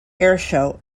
airshow